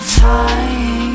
time